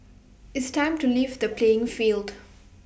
it's time to leave the playing field